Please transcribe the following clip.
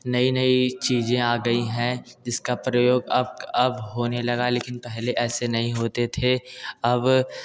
नई नई चीज़ें आ गई हैं जिसका प्रयोग अब अब होने लगा लेकिन पहले ऐसे नहीं होते थे अब